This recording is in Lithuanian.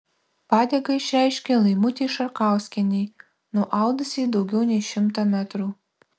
padėką išreiškė laimutei šarkauskienei nuaudusiai daugiau nei šimtą metrų